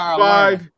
five